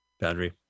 Boundary